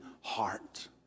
heart